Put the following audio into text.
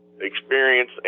experience